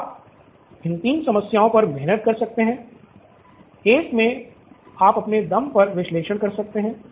तो आप इन तीन समस्याओं पर मेहनत कर सकते हैं एक में आप अपने दम पर विश्लेषण कर सकते हैं